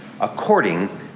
according